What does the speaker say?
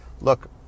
look